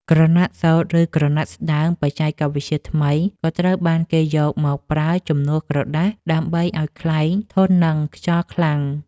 ក្រណាត់សូត្រ ឬក្រណាត់ស្ដើងបច្ចេកវិទ្យាថ្មី ក៏ត្រូវបានគេយកមកប្រើជំនួសក្រដាសដើម្បីឱ្យខ្លែងធន់នឹងខ្យល់ខ្លាំង។